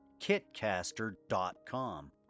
kitcaster.com